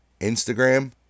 Instagram